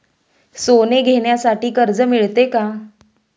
सोने घेण्यासाठी कर्ज मिळते का?